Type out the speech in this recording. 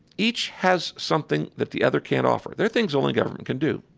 each has something that the other can't offer. there are things only government can do.